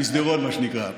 מסדרון, מה שנקרא.